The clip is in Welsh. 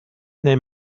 neu